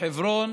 בחברון